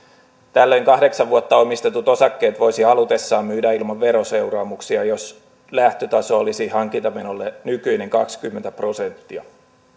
tällöin kahdeksan vuotta omistetut osakkeet voisi halutessaan myydä ilman veroseuraamuksia jos lähtötaso olisi hankintamenolle nykyinen kaksikymmentä prosenttia